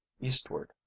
eastward